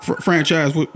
Franchise